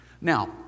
Now